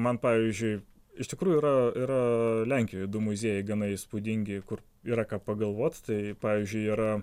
man pavyzdžiui iš tikrųjų yra yra lenkijoj du muziejai gana įspūdingi kur yra ką pagalvot tai pavyzdžiui yra